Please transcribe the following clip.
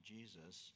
Jesus